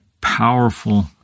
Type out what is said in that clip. powerful